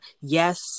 yes